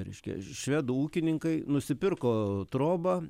reiškia švedų ūkininkai nusipirko trobą